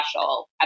special